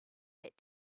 that